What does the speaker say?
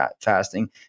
fasting